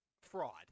fraud